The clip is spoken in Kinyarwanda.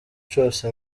cose